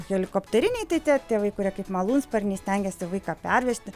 helikopteriniai tai tie tėvai kurie kaip malūnsparnį stengiasi vaiką pervežti